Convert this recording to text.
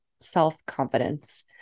self-confidence